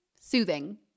soothing